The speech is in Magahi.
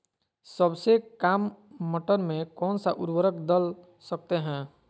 सबसे काम मटर में कौन सा ऊर्वरक दल सकते हैं?